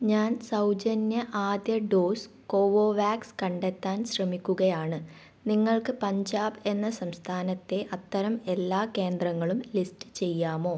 ഞാൻ സൗജന്യ ആദ്യ ഡോസ് കോവോ വാക്സ് കണ്ടെത്താൻ ശ്രമിക്കുകയാണ് നിങ്ങൾക്ക് പഞ്ചാബ് എന്ന സംസ്ഥാനത്തെ അത്തരം എല്ലാ കേന്ദ്രങ്ങളും ലിസ്റ്റ് ചെയ്യാമോ